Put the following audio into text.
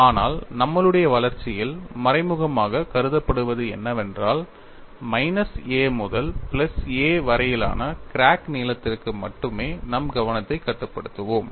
ஆனால் நம்மளுடைய வளர்ச்சியில் மறைமுகமாகக் கருதப்படுவது என்னவென்றால் மைனஸ் a முதல் பிளஸ் a வரையிலான கிராக் நீளத்திற்கு மட்டுமே நம் கவனத்தை கட்டுப்படுத்துவோம்